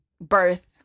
birth